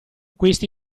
questi